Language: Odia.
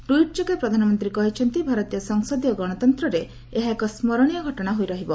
ଟୁଇଟ୍ ଯୋଗେ ପ୍ରଧାନମନ୍ତ୍ରୀ କହିଛନ୍ତି ଭାରତୀୟ ସଂସଦୀୟ ଗଣତନ୍ତ୍ରରେ ଏହା ଏକ ସ୍ମରଣୀୟ ଘଟଣା ହୋଇରହିବ